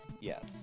Yes